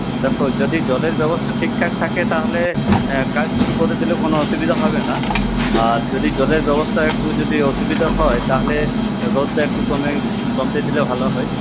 দ্যাখ যদি জলের ব্যবস্থা ঠিকঠাক থাকে তাহলে কাজ শুরু করে দিলেও কোনো অসুবিধা হবে না আর যদি জলের ব্যবস্থা একটু যদি অসুবিধা হয় তাহলে রোদটা একটু কমে কমতে দিলে ভালো হয়